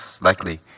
likely